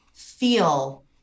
feel